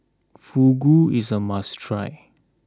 fugu is a must try